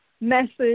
message